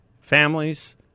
Families